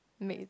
make